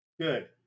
Good